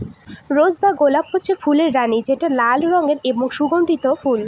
rose বা গলাপ হচ্ছে ফুলের রানী যেটা লাল রঙের ও সুগন্ধি ফুল